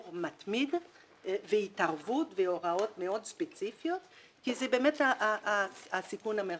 מתמיד והתערבות בהוראות מאוד ספציפיות כי זה באמת הסיכון המרכזי.